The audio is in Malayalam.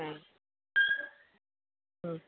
ആ ആ